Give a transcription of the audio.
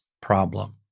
problem